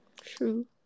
True